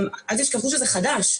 באמת פניות רפואיות ספציפיות שמתקבלות